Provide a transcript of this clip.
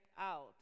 out